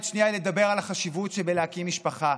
השנייה לדבר על החשיבות שבהקמת משפחה.